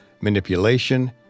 manipulation